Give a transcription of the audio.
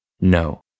No